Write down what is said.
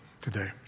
today